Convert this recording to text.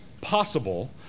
possible